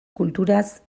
kulturaz